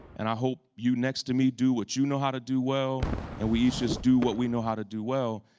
and i hope you next to me do what you know how to do well and we each just do what we know how to do well.